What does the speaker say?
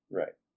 right